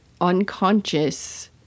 unconscious